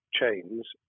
chains